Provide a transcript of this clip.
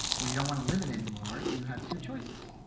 where you don't want to live it any more, you have two choices.